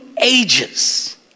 ages